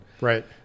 right